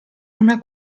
una